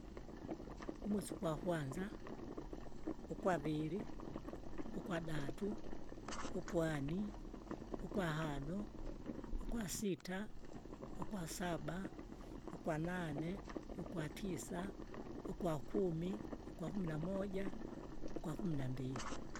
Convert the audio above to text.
umwesi ugwakwanza, ugwaviri, ugwadatu, ugwani, ugwahano, ugwasita, ugwasaba, ugwanane, ugwatisa, ugwakumi, ugwakumi namoja, ugwakumi nambili.